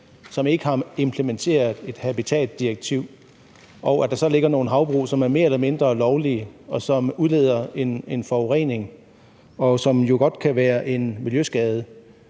som ikke har implementeret et habitatsdirektiv, og at der så ligger nogle havbrug, som er mere eller mindre lovlige, og som udleder en forurening, hvilket jo godt kan være en miljøskade?